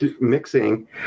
mixing